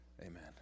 Amen